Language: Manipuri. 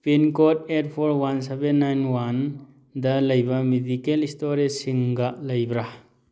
pin code eight four one seven nine one ꯗ ꯂꯩꯕ ꯃꯤꯗꯤꯀꯦꯜ ꯏꯁꯇꯣꯔꯦꯁꯁꯤꯡꯒ ꯂꯩꯕ꯭ꯔꯥ